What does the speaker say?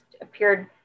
appeared